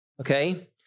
Okay